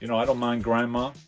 and don't mind grandma.